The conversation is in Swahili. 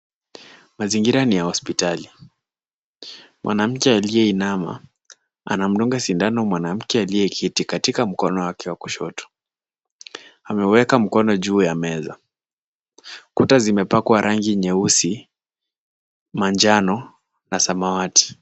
Mazingira ni ya hospitali, mwanamke aliyeinama anamdunga sindano mwanamke aliyeketi katika mkono wake wa kushoto ,ameweka mkono juu ya meza ,kuta zimepakwa rangi nyeusi, manjano na samawati.